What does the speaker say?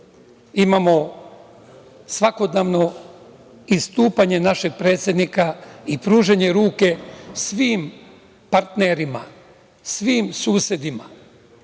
Imamo svakodnevno istupanje našeg predsednika i pružanje ruke svim partnerima, svim susedima.